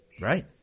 Right